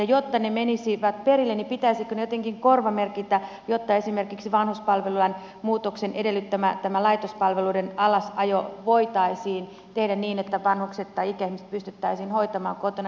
ja jotta ne menisivät perille niin pitäisikö ne jotenkin korvamerkitä jotta esimerkiksi vanhuspalvelulain muutoksen edellyttämä laitospalveluiden alasajo voitaisiin tehdä niin että ikäihmiset pystyttäisiin hoitamaan kotona